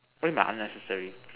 what you mean by unnecessary